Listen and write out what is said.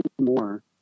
more